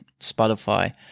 Spotify